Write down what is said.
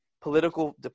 political